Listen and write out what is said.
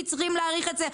כי צריכים להאריך את זה,